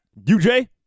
UJ